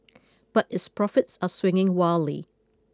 but its profits are swinging wildly